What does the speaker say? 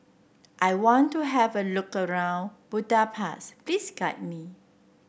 I want to have a look around Budapest please guide me